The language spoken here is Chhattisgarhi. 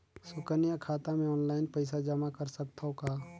सुकन्या खाता मे ऑनलाइन पईसा जमा कर सकथव का?